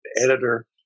editor